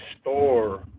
store